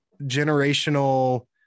generational